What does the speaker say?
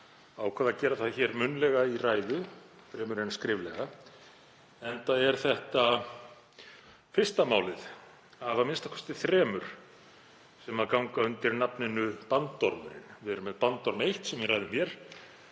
ákvað að gera það munnlega í ræðu fremur en skriflega, enda er þetta fyrsta málið af a.m.k. þremur sem ganga undir nafninu bandormurinn. Við erum með bandorm eitt, sem við ræðum hér,